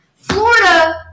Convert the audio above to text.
Florida